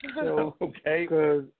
Okay